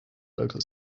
local